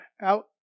out